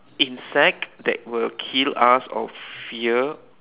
insect that will kill us or fear